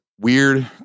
weird